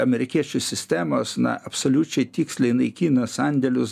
amerikiečių sistemos na absoliučiai tiksliai naikina sandėlius